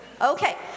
Okay